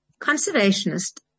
Conservationist